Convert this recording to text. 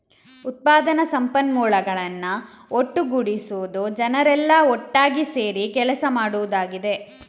ಉತ್ಪಾದನಾ ಸಂಪನ್ಮೂಲಗಳನ್ನ ಒಟ್ಟುಗೂಡಿಸುದು ಜನರೆಲ್ಲಾ ಒಟ್ಟಾಗಿ ಸೇರಿ ಕೆಲಸ ಮಾಡುದಾಗಿದೆ